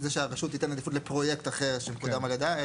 שהרשות תיתן עדיפות לפרויקט אחר שקודם על ידה.